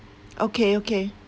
okay okay